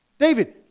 David